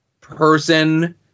person